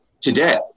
today